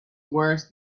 worse